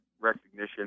recognition